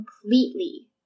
completely